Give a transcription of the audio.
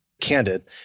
candid